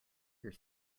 your